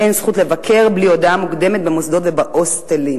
אין זכות לבקר בלי הודעה מוקדמת במוסדות ובהוסטלים?